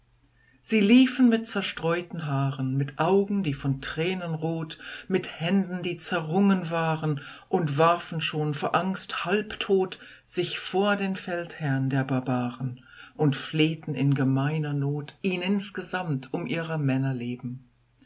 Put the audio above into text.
sie liefen mit zerstreuten haaren mit augen die von tränen rot mit händen die zerrungen waren und warfen schon vor angst halbtot sich vor den feldherrn der barbaren und flehten in gemeiner not ihn insgesamt um ihrer männer leben